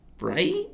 Right